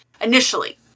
initially